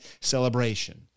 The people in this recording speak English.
celebration